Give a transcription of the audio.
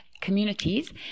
communities